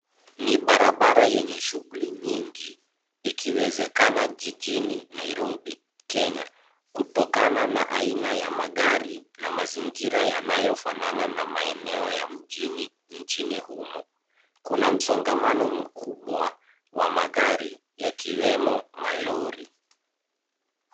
Ni barabara yenye shughuli nyingi, ikiwezekana jijini Nairobi, Kenya kutokana na aina ya magari na mazingira yanayofanana na maeneo ya mjini nchini humo. Kuna msongamano mkubwa wa magari yakiwemo malori.